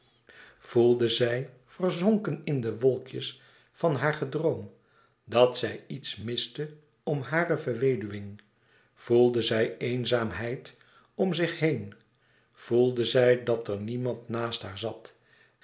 voelde zij verzonken in de wolkjes van haar gedroom dat zij iets miste om hare verweduwing voelde zij eenzaamheid om zich heen voelde zij dat er niemand naast haar zat